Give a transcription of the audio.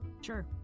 Sure